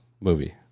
movie